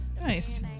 Nice